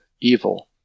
evil